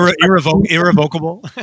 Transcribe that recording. irrevocable